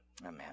Amen